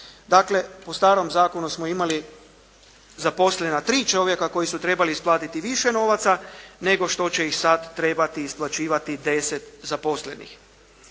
Dakle po starom zakonu smo imali zaposlena 3 čovjeka koji su trebali isplatiti više novaca nego što će ih sad trebati isplaćivati 10 zaposlenih.